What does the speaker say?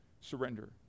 surrender